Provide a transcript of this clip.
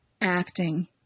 acting